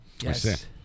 Yes